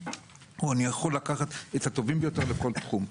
ואני יכול לקחת את הטובים ביותר בכל תחום.